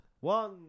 one